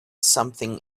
something